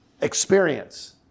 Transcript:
experience